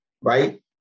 Right